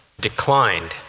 declined